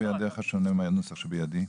איך יכול להיות שהנוסח בידך שונה מהנוסח שבידי?